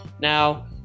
Now